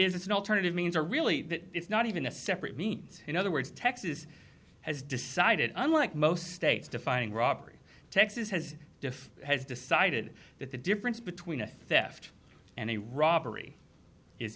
is it's an alternative means a really that it's not even a separate means in other words texas has decided unlike most states defining robbery texas has defined has decided that the difference between a theft and a robbery is